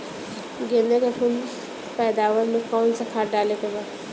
गेदे के फूल पैदवार मे काउन् सा खाद डाले के बा?